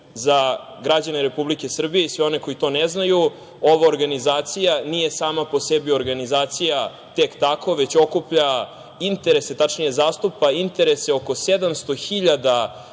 građane Republike Srbije i sve one koji to ne znaju, ova organizacija nije sama po sebi organizacija tek tako, već okuplja interese, tačnije zastupa interese oko 700